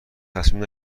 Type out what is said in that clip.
تصمیم